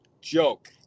joke